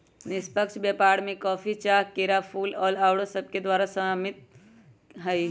निष्पक्ष व्यापार में कॉफी, चाह, केरा, फूल, फल आउरो सभके उत्पाद सामिल हइ